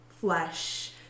flesh